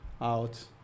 out